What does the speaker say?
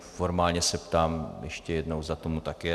Formálně se ptám ještě jednou, zda tomu tak je.